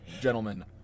gentlemen